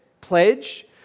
pledge